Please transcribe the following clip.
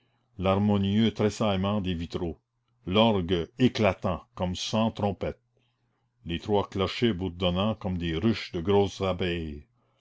l'harmonieux tressaillement des vitraux l'orgue éclatant comme cent trompettes les trois clochers bourdonnant comme des ruches de grosses abeilles